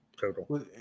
total